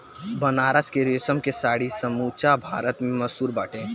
बनारस के रेशम के साड़ी समूचा भारत में मशहूर बाटे